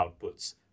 outputs